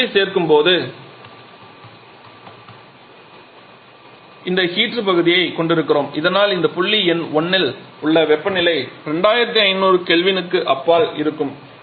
நாம் வெப்பத்தைச் சேர்க்கும் இந்த ஹீட்டர் பகுதியைக் கொண்டிருக்கிறோம் இதனால் இந்த புள்ளி எண் 1 இல் உள்ள வெப்பநிலை 2500 K க்கு அப்பால் இருக்கும்